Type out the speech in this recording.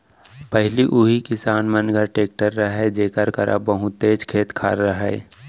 पहिली उही किसान मन घर टेक्टर रहय जेकर करा बहुतेच खेत खार रहय